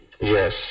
Yes